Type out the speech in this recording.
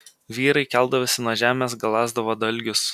vyrai keldavosi nuo žemės galąsdavo dalgius